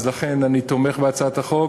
אני תומך בהצעת החוק.